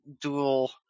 dual